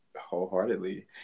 wholeheartedly